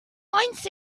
months